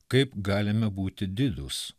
kaip galime būti didūs